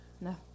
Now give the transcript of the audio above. No